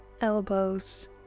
elbows